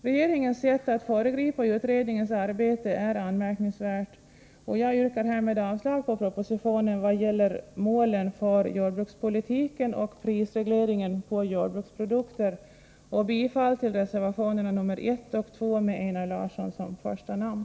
Regeringens sätt att föregripa utredningens arbete är anmärkningsvärt, och jag yrkar härmed avslag på propositionen i vad gäller målen för jordbrukspolitiken och prisregleringen på jordbruksprodukter och bifall till reservationerna nr 1 och 2 med Einar Larsson som första namn.